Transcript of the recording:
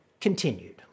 continued